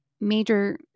major